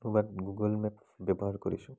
বাট Google map ব্যৱহাৰ কৰিছোঁ